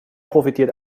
profitiert